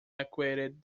actuated